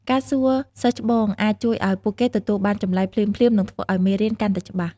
ការសួរសិស្សច្បងអាចជួយឲ្យពួកគេទទួលបានចម្លើយភ្លាមៗ និងធ្វើឲ្យមេរៀនកាន់តែច្បាស់។